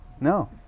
No